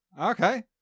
Okay